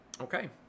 Okay